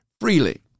freely